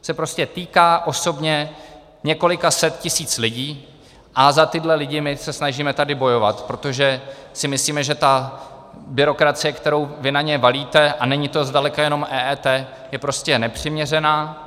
To se prostě týká osobně několika set tisíc lidí a za tyhle lidi se tady snažíme bojovat, protože si myslíme, že ta byrokracie, kterou vy na ně valíte, a není to zdaleka jenom EET, je prostě nepřiměřená.